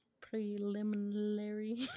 Preliminary